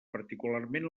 particularment